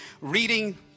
reading